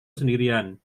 sendirian